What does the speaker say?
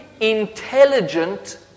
intelligent